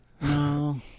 No